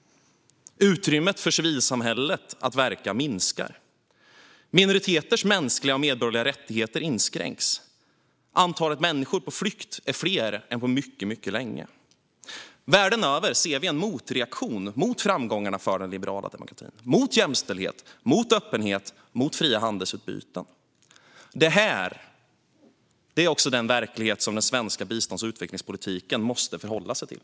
Utrymmet för civilsamhället att verka minskar. Minoriteters mänskliga och medborgerliga rättigheter inskränks. Antalet människor på flykt är fler än på mycket länge. Världen över ser vi en motreaktion mot framgångarna för den liberala demokratin, mot jämställdhet, öppenhet och fria handelsutbyten. Det är också den verklighet som den svenska bistånds och utvecklingspolitiken måste förhålla sig till.